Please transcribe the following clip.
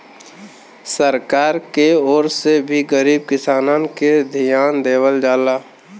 सरकार के ओर से भी गरीब किसानन के धियान देवल जाला